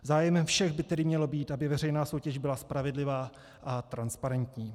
Zájmem všech by tedy mělo být, aby veřejná soutěž byla spravedlivá a transparentní.